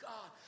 God